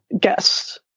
guests